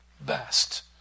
best